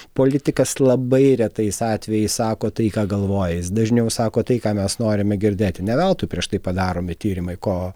politikas labai retais atvejais sako tai ką galvoja jis dažniau sako tai ką mes norime girdėti ne veltui prieš tai padaromi tyrimai ko